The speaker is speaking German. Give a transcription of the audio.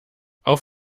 auf